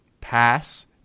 pass